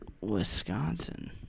wisconsin